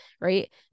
right